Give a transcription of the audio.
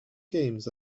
games